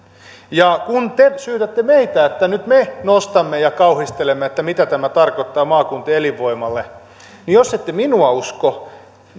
ja kun te syytätte meitä että nyt me nostamme tätä ja kauhistelemme mitä tämä tarkoittaa maakuntien elinvoimalle niin jos ette minua usko